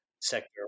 sector